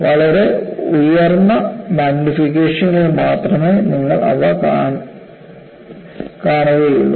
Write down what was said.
വളരെ ഉയർന്ന മാഗ്നിഫിക്കേഷനുകളിൽ മാത്രമേ നിങ്ങൾ അവ കാണേകയുള്ളൂ